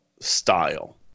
style